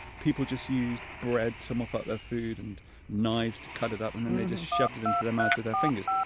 people just used bread to mop up their food, and knives to cut it up, and then they just shoved it into their mouths with their fingers.